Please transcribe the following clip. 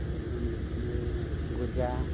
ᱟᱨᱦᱚᱸ ᱱᱚᱛᱮ ᱜᱚᱡᱟ